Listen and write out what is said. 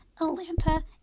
Atlanta